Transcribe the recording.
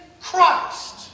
Christ